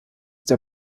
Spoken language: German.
der